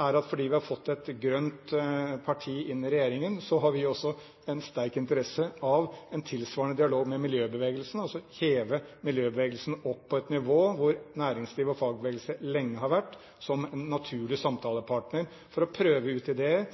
er at fordi vi har fått et grønt parti inn i regjeringen, har vi også en sterk interesse av å ha en tilsvarende dialog med miljøbevegelsen, altså heve miljøbevegelsen opp på et nivå hvor næringslivet og fagbevegelsen lenge har vært som en naturlig samtalepartner for å prøve ut ideer,